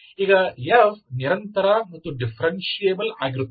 ಈಗ Fನಿರಂತರ ಮತ್ತು ಡಿಫರೆನ್ಶಿಯೇಬಲ್ ಆಗಿರುತ್ತದೆ